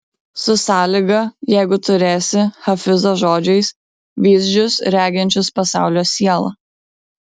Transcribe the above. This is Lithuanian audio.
su sąlyga jeigu turėsi hafizo žodžiais vyzdžius reginčius pasaulio sielą